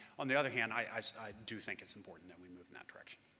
on the other hand, i do think it's important that we move in that direction.